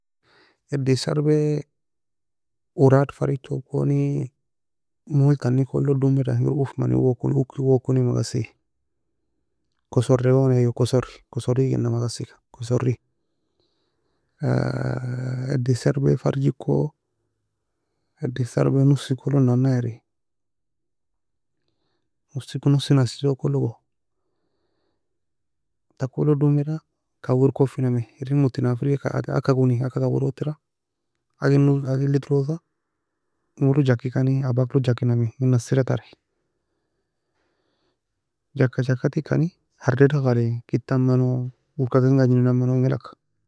Edi sarbaie orad farig toe koni, mole taniklog domida, ingir uff mani owo ukie owo koni magassi, kossore gong geni eyyo kossor, kossor igina magassiga, kossorri eddien sarbaie farigiko eddien sarbiae nussiko log nana eri? Man nussi nassikologo, takolog domida, kawir koffinami, erin mottina'nga fergaika ageka ageka koni agka kawirotera, ageen nu- ageila edrosa, inoro jakkikani, abak log jakkinami, in nassira teri, jakka jakka tikani, hardeda faliy, ketta meno orka ken gagnina meno enga alag ka.